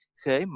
khế